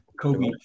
Kobe